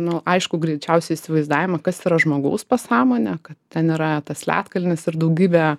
nu aišku greičiausiai įsivaizdavimą kas yra žmogaus pasąmonė kad ten yra tas ledkalnis ir daugybę